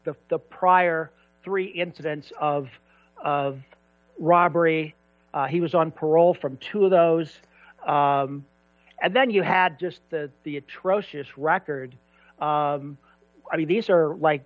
the prior three incidents of of robbery he was on parole from two of those and then you had just the the atrocious record i mean these are like